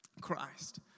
Christ